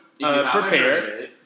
prepare